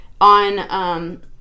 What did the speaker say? on